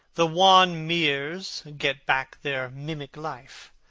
the wan mirrors get back their mimic life.